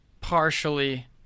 partially